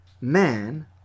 man